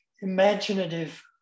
imaginative